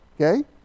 okay